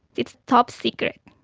it's top secret.